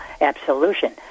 absolution